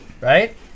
right